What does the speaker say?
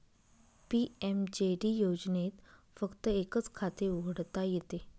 PMJD योजनेत फक्त एकच खाते उघडता येते